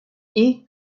est